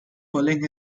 pulling